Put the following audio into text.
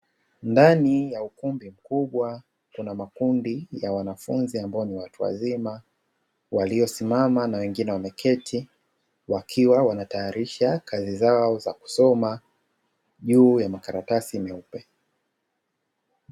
Ndani ya ukumbi mkubwa kuna makundi ya wanafunzi ambao ni watu wazima, waliosimama na wengine wameketi wakiwa wanatayarisha kazi zao za kusoma juu ya makaratasi meupe.